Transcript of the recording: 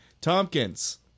Tompkins